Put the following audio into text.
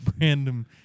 random